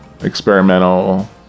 experimental